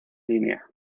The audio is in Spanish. línea